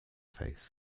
face